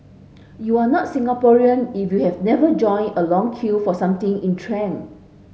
you are not Singaporean if you have never joined a long queue for something in trend